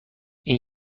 این